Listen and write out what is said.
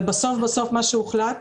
אבל בסוף בסוף מה שהוחלט